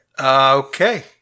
Okay